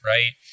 Right